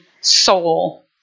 soul